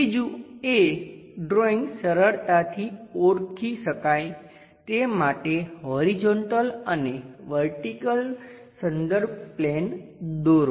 ત્રીજું એ ડ્રૉઈંગ સરળતાથી ઓળખી શકાય તે માટે હોરીઝોંટલ અને વર્ટીકલ સંદર્ભ પ્લેન દોરો